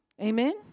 Amen